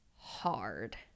hard